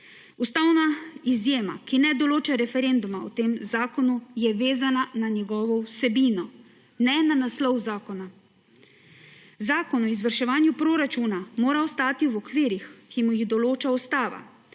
Ustavna izjema, ki ne določa referenduma o tem zakonu, je vezana na njegovo vsebino, ne na naslov zakona. Zakon o izvrševanju proračuna mora ostati v okvirih, ki mu jih določa ustava.